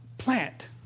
plant